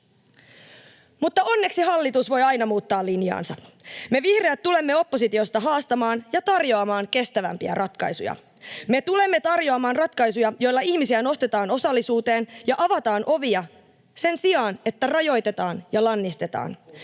Mutta onneksi hallitus voi aina muuttaa linjaansa. Me vihreät tulemme oppositiosta haastamaan ja tarjoamaan kestävämpiä ratkaisuja. [Ben Zyskowicz: Kuten?] Me tulemme tarjoamaan ratkaisuja, joilla ihmisiä nostetaan osallisuuteen ja avataan ovia sen sijaan, että rajoitetaan ja lannistetaan.